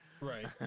Right